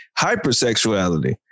hypersexuality